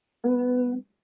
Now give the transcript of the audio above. mm